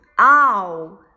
Ow